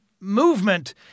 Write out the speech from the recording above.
movement